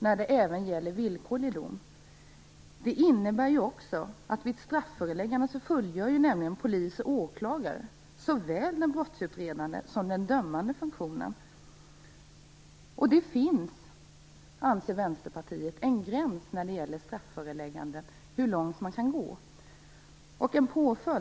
När det gäller ett utökande av åklagares möjlighet att använda strafföreläggande till att även gälla brott som kan ge villkorlig dom vill jag säga att Vänsterpartiet anser att det finns en gräns för hur långt man kan gå.